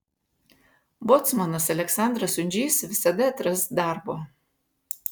bocmanas aleksandras undžys visada atras darbo